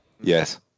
Yes